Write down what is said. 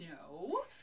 No